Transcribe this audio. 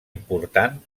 important